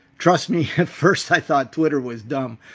trust me, at first i thought twitter was dumb.